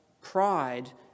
pride